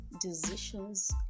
decisions